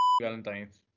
Valentine's